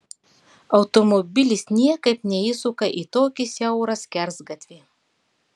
automobilis niekaip neįsuka į tokį siaurą skersgatvį